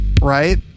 right